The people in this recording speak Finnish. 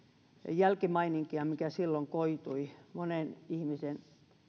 jälkimaininkia mikä silloin koitui monen ihmisen